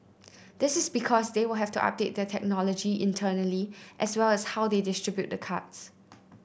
this is because they will have to update their technology internally as well as how they distribute the cards